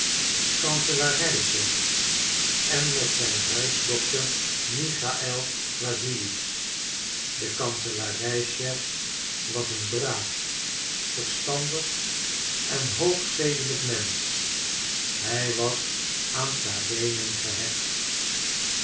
kanselarijchef en met zijn huisdokter nichaël wassilitsch de kanselarijchef was een braaf verstandig en hoogzedelijk mensch hij was aan karenin gehecht